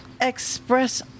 express